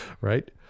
Right